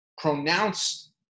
pronounced